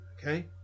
okay